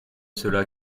cela